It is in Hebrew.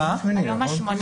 נכון?